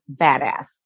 badass